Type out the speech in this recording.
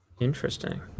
Interesting